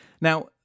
Now